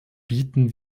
bieten